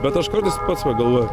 bet aš kartais pats pagalvoju